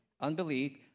Unbelief